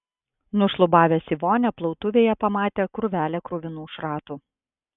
nušlubavęs į vonią plautuvėje pamatė krūvelę kruvinų šratų